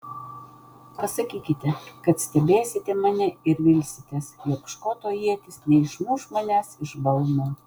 pasakykite kad stebėsite mane ir vilsitės jog škoto ietis neišmuš manęs iš balno